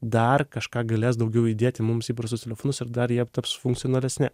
dar kažką galės daugiau įdėti mums į įprastus telefonus ir dar jie taps funkcionalesni